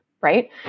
right